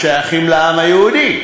השייכים לעם היהודי.